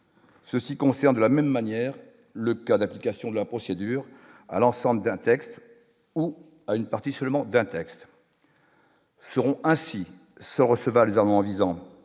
ceci concerne de la même manière, le coeur d'application de la procédure à l'ensemble d'un texte ou à une partie seulement d'un texte. Seront ainsi sans recevoir les arguments visant